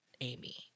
amy